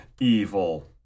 evil